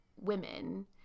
women